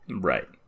Right